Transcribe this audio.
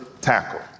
tackle